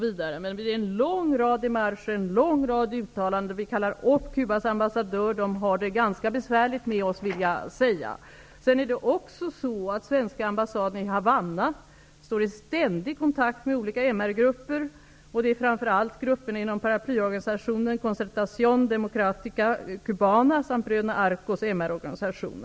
Vi har gjort en lång rad demarscher och uttalanden. Vi kallar upp Cubas ambassadör. Han har det ganska besvärligt med oss, vill jag säga. Svenska ambassaden i Havanna står i ständig kontakt med olika MR-grupper. Det är framför allt grupper inom paraplyorganisationen Concertacion organisation.